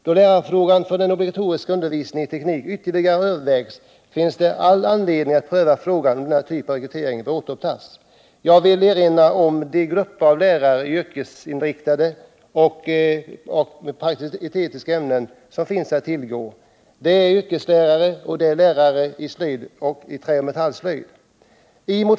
Då lärarfrågan för den obligatoriska undervisningen i teknik ytterligare övervägs finns det all anledning att pröva frågan om denna typ av rekrytering bör återinföras. Jag vill erinra om de grupper av lärare i yrkesinriktade och praktisk-estetiska ämnen som finns att tillgå. Det är yrkeslärare och det är lärare i träoch metallslöjd.